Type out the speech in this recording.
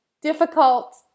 difficult